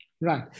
Right